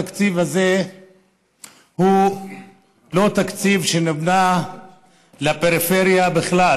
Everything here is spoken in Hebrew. התקציב הזה הוא לא תקציב שנבנה לפריפריה בכלל.